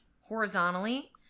horizontally